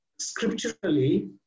Scripturally